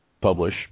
publish